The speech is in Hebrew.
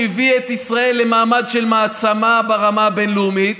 שהביא את ישראל למעמד של מעצמה ברמה הבין-לאומית,